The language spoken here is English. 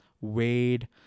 Wade